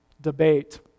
debate